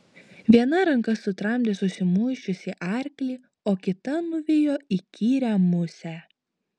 viena ranka sutramdė susimuisčiusį arklį o kita nuvijo įkyrią musę